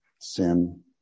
Sin